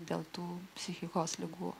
dėl tų psichikos ligų